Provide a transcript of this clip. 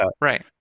right